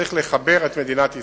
שצריך לחבר את מדינת ישראל,